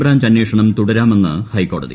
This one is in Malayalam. ബ്രാഞ്ച് അന്വേഷണം തുടരാമെന്ന് ഹൈക്കോടതി